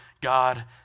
God